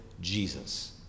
Jesus